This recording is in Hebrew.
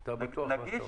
אתה בטוח במה שאתה אומר?